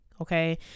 okay